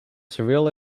surreal